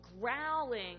growling